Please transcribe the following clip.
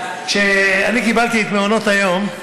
כשאני קיבלתי את מעונות היום,